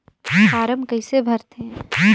Form कइसे भरते?